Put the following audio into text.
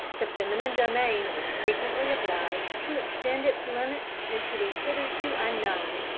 the feminine domain was frequently obliged to extend its limits into the hitherto unknown.